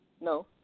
No